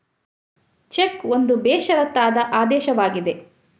check ಒಂದು ಬೇಷರತ್ತಾದ ಆದೇಶವಾಗಿದೆ